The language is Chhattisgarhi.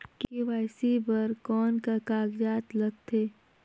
के.वाई.सी बर कौन का कागजात लगथे?